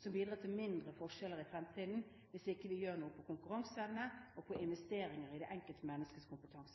som bidrar til mindre forskjeller i fremtiden, hvis ikke vi gjør noe med konkurranseevne og investeringer i det